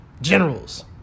generals